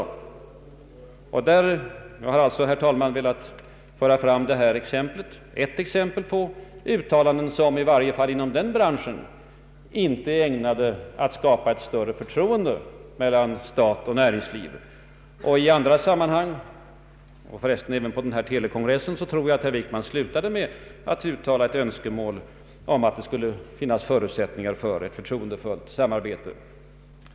Jag har alltså, herr talman, här redovisat ett exempel på uttalanden som i varje fall inom branschen verkligen inte är ägnade att skapa något större förtroende mellan stat och näringsliv. I andra sammanhang — förresten på nämnda telekongress — tror jag att herr Wickman slutat med att uttala önskemål om att det skulle finnas förutsättningar för ett förtroendefullt samarbete.